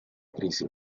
crisi